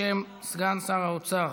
בשם סגן שר האוצר.